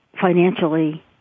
financially